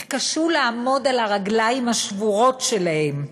התקשו לעמוד על הרגליים השבורות שלהם.